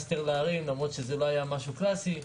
יותר לערים למרות שזה לא היה משהו קלאסי.